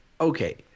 okay